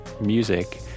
music